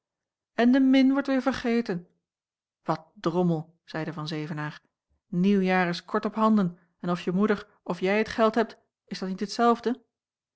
en de min wordt weêr vergeten wat drommel zeî van zevenaer nieuwjaar is kort ophanden en of je moeder of jij het geld hebt is dat niet hetzelfde